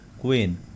Queen